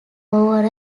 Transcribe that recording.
over